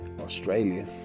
Australia